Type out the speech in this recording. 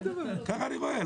ככה אני רואה.